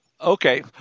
Okay